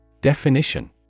Definition